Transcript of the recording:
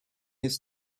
his